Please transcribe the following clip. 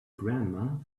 grandma